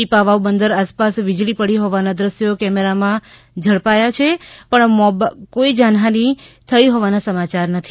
પીપાવાવ બંદર આસપાસ વીજળી પડી હોવાના દ્રશ્યો મોબાઈલ કેમેરા માં ઝીલાયા છે પણ કોઈ જાનહાનિ થઈ હોવાના સમાયાર નથી